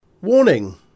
Warning